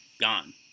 gone